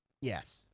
Yes